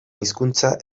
hizkuntza